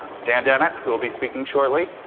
dan dennett, who'll be speaking shortly.